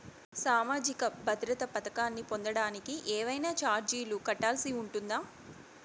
సామాజిక భద్రత పథకాన్ని పొందడానికి ఏవైనా చార్జీలు కట్టాల్సి ఉంటుందా?